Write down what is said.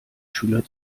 schüler